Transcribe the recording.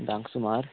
धांक सुमार